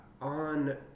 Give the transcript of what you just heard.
on